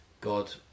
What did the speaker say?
God